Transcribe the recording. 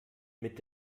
mit